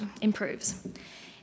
improves